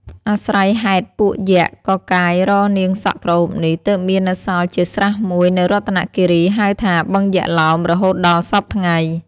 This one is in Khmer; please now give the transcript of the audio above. អាស្រ័យហេតុពួកយក្ខ កកាយរកនាងសក់ក្រអូបនេះ ទើបមាននៅសល់ជាស្រះមួយនៅរតនគិរី ហៅថា "បឹងយក្សឡោម" រហូតដល់សព្វថ្ងៃ ។